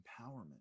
empowerment